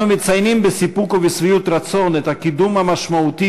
אנו מציינים בסיפוק ובשביעות רצון את הקידום המשמעותי